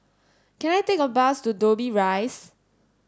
can I take a bus to Dobbie Rise